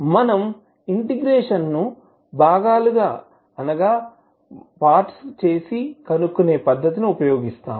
మనం ఇంటెగ్రేషన్ ను భాగాలుగా చేసి కనుక్కునే పద్ధతి ని ఉపయోగిస్తాము